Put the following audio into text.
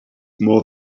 more